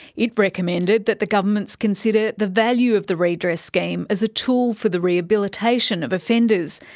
it recommended that the governments consider the value of the redress scheme as a tool for the rehabilitation of offenders.